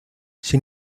sin